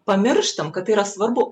pamirštam kad tai yra svarbu